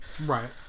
right